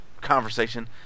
conversation